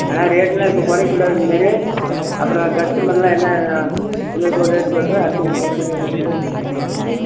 அதெலாம் ரேட்டெலாம் இப்போ குறைக்க கூடாது இதுமாரி அப்புறம் கஸ்டமரெலாம் என்ன எங்களுக்கு ஒரு ரேட் சொல்கிற அடுத்தவர்களுக்கு ஒரு ரேட்டு ம்